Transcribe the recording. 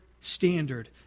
standard